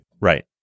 right